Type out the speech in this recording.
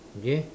okay